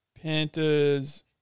Panthers